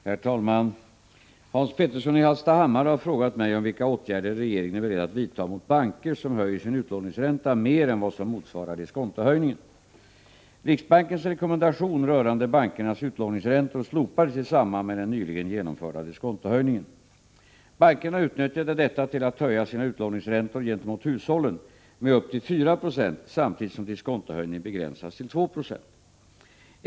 Herr talman! Hans Petersson i Hallstahammar har frågat mig om vilka åtgärder regeringen är beredd att vidta mot banker som höjer sin utlåningsränta mer än vad som motsvarar diskontohöjningen. Riksbankens rekommendation rörande bankernas utlåningsräntor slopades i samband med den nyligen genomförda diskontohöjningen. Bankerna utnyttjade detta till att höja sina utlåningsräntor gentemot hushållen med upptill 4 96 samtidigt som diskontohöjningen begränsades till 2 26.